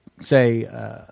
say –